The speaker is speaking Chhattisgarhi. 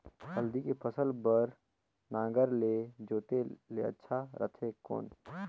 हल्दी के फसल बार नागर ले जोते ले अच्छा रथे कौन?